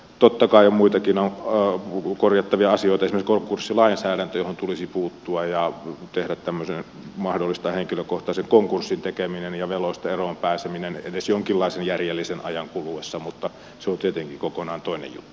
totta kai on muitakin korjattavia asioita esimerkiksi konkurssilainsäädäntö johon tulisi puuttua ja mahdollistaa henkilökohtaisen konkurssin tekeminen ja veloista eroon pääseminen edes jonkinlaisen järjellisen ajan kuluessa mutta se on tietenkin kokonaan toinen juttu